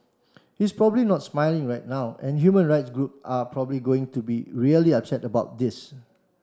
he's probably not smiling right now and human rights group are probably going to be really upset about this